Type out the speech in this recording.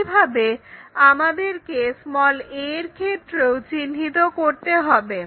একইভাবে আমাদেরকে a এর ক্ষেত্রেও চিহ্নিত করতে হবে